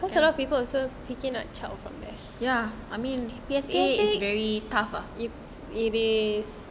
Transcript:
cause a lot of people also picking like child from there P_S_A it's it is